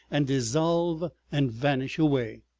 and dissolve and vanish away.